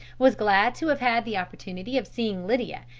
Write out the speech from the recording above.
was glad to have had the opportunity of seeing lydia,